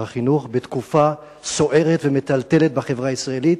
החינוך בתקופה סוערת ומטלטלת בחברה הישראלית.